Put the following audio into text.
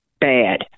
bad